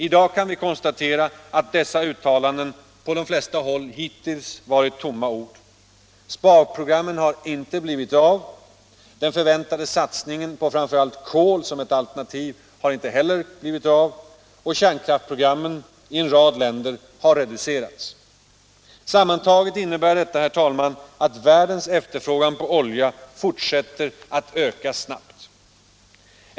I dag kan vi konstatera att dessa uttalanden på de flesta håll hittills varit tomma ord. Sparprogrammen har inte blivit verklighet. Den förväntade satsningen på framför allt kol som ett alternativ har inte heller blivit av. Kärnkraftsprogrammen i en rad länder har reducerats. Sammantaget innebär detta att världens efterfrågan på olja fortsätter att öka snabbt.